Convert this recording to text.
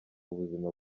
ubuzima